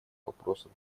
вопросов